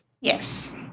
Yes